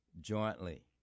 jointly